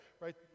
right